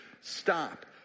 stop